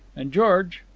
and george,